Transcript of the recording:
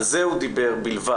על זה הוא דיבר בלבד.